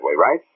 right